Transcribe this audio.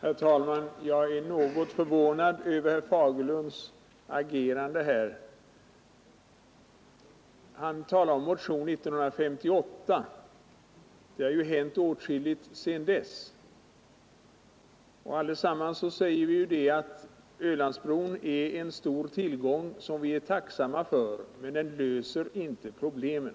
Herr talman! Jag är något förvånad över herr Fagerlunds agerande här. Han talade om en motion från 1958, men det har ju hänt åtskilligt sedan dess. Allesammans säger vi att Ölandsbron är en stor tillgång, som vi är tacksamma för, men bron löser inte alla problem.